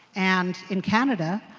and in canada,